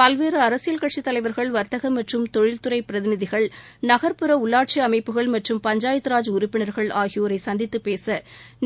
பல்வேறு அரசியல் கட்சி தலைவர்கள் வர்த்தக மற்றும் தொழில்துறை பிரதிநிதிகள் நகர்புற உள்ளாட்சி அமைப்புகள் மற்றும் பஞ்சாயத்து ராஜ் உறுப்பினர்கள் ஆகியோரை சந்தித்து பேச